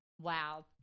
wow